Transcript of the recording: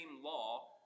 law